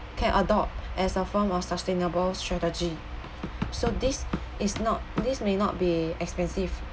can adopt as a form of sustainable strategy so this is not this may not be expensive